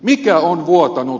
mikä on vuotanut